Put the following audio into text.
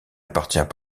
appartient